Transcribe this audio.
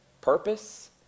purpose